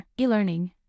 e-learning